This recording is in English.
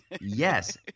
Yes